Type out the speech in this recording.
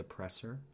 depressor